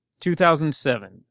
2007